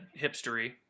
hipstery